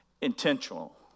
Intentional